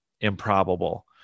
improbable